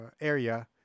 area